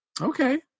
Okay